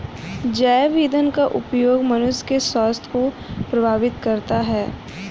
जैव ईंधन का उपयोग मनुष्य के स्वास्थ्य को प्रभावित करता है